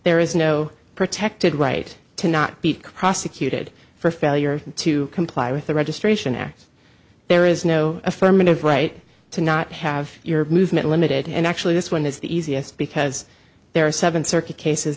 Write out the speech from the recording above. there is no protected right to not be prosecuted for failure to comply with the registration act there is no affirmative right to not have your movement limited and actually this one is the easiest because there are seven circuit cases